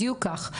בדיוק כך.